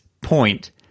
point